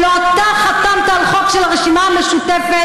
הלוא אתה חתמת על חוק של הרשימה המשותפת,